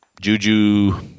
Juju